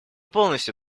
полностью